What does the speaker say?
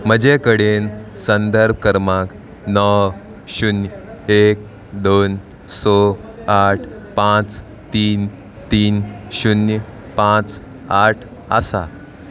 म्हजे कडेन संदर्भ क्रमांक व शुन्य एक दोन स आठ पांच तीन तीन शुन्य पांच आठ आसा